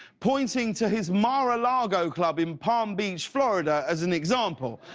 pointing to his mar-a-lago club in palm beach, florida as an example.